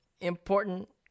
important